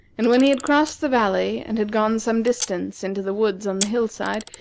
and when he had crossed the valley and had gone some distance into the woods on the hill-side,